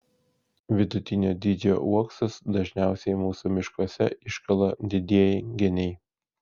vidutinio dydžio uoksus dažniausiai mūsų miškuose iškala didieji geniai